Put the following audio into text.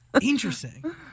interesting